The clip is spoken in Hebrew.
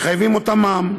מחייבים אותם במע"מ.